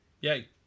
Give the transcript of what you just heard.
yay